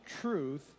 truth